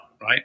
Right